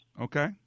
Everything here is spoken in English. Okay